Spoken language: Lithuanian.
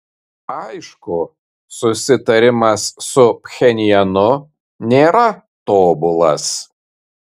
aišku susitarimas su pchenjanu nėra tobulas